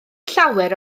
llawer